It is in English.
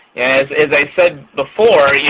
as as i said before,